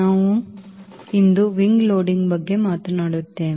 ನಾವು ಇಂದು wing loading ಬಗ್ಗೆ ಮಾತನಾಡುತ್ತೇವೆ